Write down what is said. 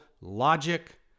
logic